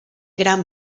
gran